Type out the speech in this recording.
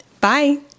Bye